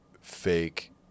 fake